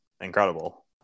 incredible